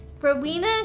Rowena